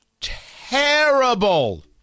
terrible